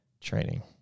training